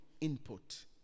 input